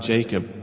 Jacob